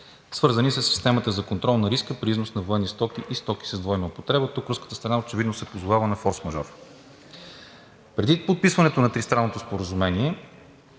свързани със системата за контрол на риска при износ на военни стоки и стоки с двойна употреба. Тук руската страна очевидно се позовава на форсмажор. Преди подписването на тристранното споразумение